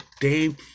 Dave